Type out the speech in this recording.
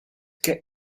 get